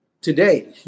Today